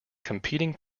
competing